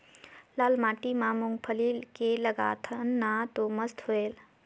लाल माटी म मुंगफली के लगाथन न तो मस्त होयल?